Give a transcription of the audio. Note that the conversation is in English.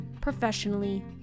professionally